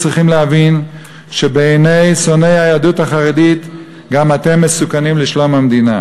צריכים להבין שבעיני שונאי היהדות החרדית גם אתם מסוכנים לשלום המדינה.